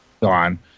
gone